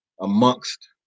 amongst